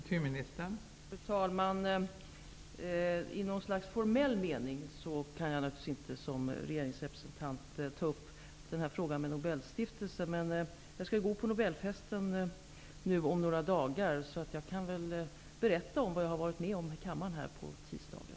Fru talman! Som regeringsrepresentant kan jag naturligtvis inte ta upp den här frågan med Nobelstiftelsen i någon formell mening. Men jag skall gå på nobelfesten om några dagar, och jag kan väl berätta om vad jag har varit med om här i kammaren.